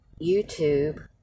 YouTube